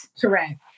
Correct